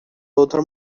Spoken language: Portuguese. outra